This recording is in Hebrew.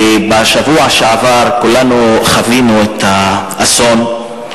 בשבוע שעבר כולנו חווינו את האסון,